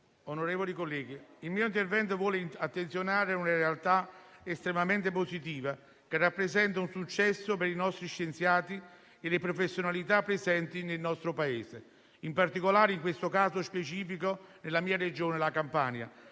onorevoli colleghi, il mio intervento vuole porre l'attenzione su una realtà estremamente positiva, che rappresenta un successo per i nostri scienziati e le professionalità presenti nel nostro Paese, in particolare, in questo caso specifico, nella mia Regione, la Campania.